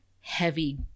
heavy